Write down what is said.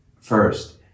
first